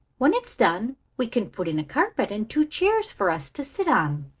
when it's done we can put in a carpet and two chairs for us to sit on.